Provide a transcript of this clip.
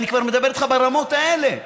אני כבר מדבר איתך ברמות האלה.